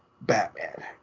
Batman